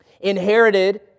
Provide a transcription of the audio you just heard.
Inherited